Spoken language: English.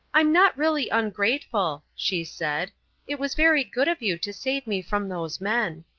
i'm not really ungrateful, she said it was very good of you to save me from those men.